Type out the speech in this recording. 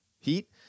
Heat